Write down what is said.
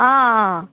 आं आं